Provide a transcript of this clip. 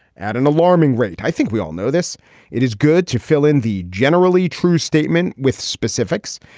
at an alarming rate. i think we all know this. it is good to fill in the generally true statement with specifics.